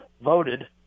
voted